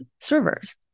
servers